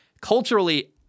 Culturally